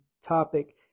topic